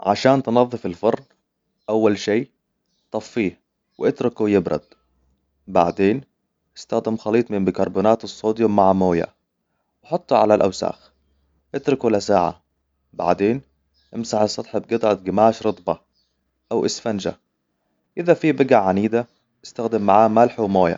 عشان تنظف الفرن، أول شيء، طفّيه، وإتركه يبرد. بعدين، استخدم خليط من بيكربونات الصوديوم مع موية. وحطه على الأوساخ. اتركه لساعة. بعدين، امسح السطح بقطعة قماش رطبة أو إسفنجة. إذا فيه بقع عنيدة، استخدم معه ملح وموية.